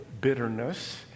bitterness